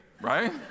right